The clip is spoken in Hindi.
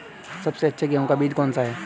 सबसे अच्छा गेहूँ का बीज कौन सा है?